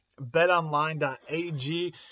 BetOnline.ag